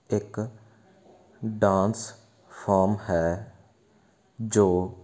ਇੱਕ dance form ਹੈ ਜੋ